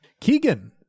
Keegan